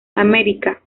america